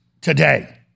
today